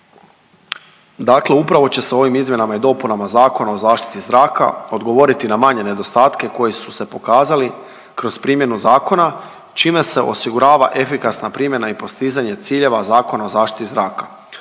Dakle, upravo će se ovim izmjenama i dopunama Zakona o zaštiti zraka odgovoriti na manje nedostatke koji su se pokazali kroz primjenu zakona čime se osigurava efikasna primjena i postizanje ciljeva Zakona o zaštiti zraka.